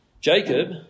Jacob